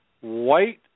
white